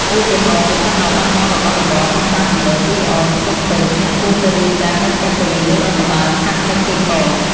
ឧទាហរណ៍៖ ប្រសិនបើបាត់បង់របស់របរនៅផ្សារទំនើប អុីអន ភ្នំពេញ អ្នកគួរទៅរាយការណ៍នៅប៉ុស្តិ៍ប៉ូលិសរដ្ឋបាលខណ្ឌបឹងកេងកង។